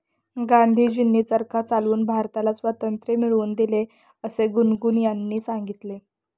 गांधीजींनी चरखा चालवून भारताला स्वातंत्र्य मिळवून दिले असे गुनगुन यांनी सांगितले